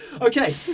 Okay